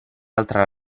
altra